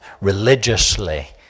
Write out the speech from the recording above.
religiously